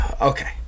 Okay